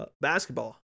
basketball